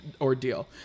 ordeal